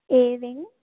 a wing